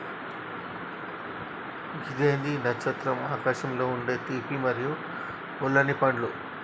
గిది ఏంది నచ్చత్రం ఆకారంలో ఉండే తీపి మరియు పుల్లనిపండు